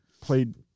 played